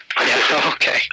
Okay